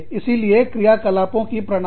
इसीलिए क्रियाकलापों की प्रणाली